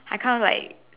I kind of like